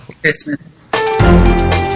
Christmas